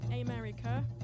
America